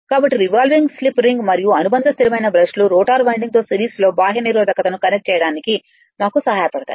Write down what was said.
కాబట్టి revolving slip ring మరియు అనుబంధ స్థిరమైన బ్రష్లు రోటర్ వైండింగ్తో సిరీస్లో బాహ్య నిరోధకతను కనెక్ట్ చేయడానికి మాకు సహాయపడతాయి